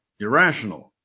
Irrational